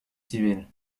civiles